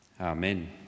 Amen